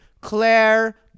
Claire